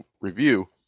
review